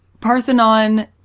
Parthenon